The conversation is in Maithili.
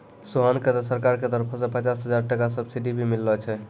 सोहन कॅ त सरकार के तरफो सॅ पचास हजार टका सब्सिडी भी मिललो छै